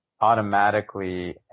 automatically